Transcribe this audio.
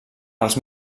els